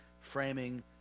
framing